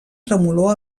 tremolor